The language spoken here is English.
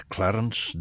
Clarence